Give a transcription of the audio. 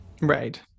Right